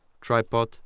tripod